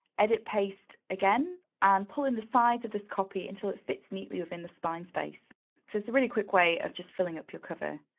edit paste again, and pull in the sides of this copy until it fits neatly within the spine space. so it's a really quick way of just filling up your cover.